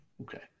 Okay